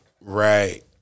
Right